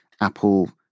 Apple